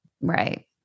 Right